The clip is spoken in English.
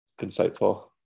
insightful